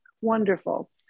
wonderful